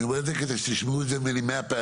אני אומר את זה כדי שישמעו את זה 100 פעמים,